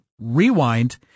rewind